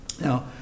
now